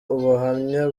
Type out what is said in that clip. ubuhamya